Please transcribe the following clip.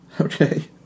Okay